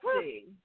see